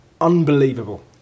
unbelievable